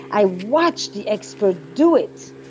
i watch the expert do it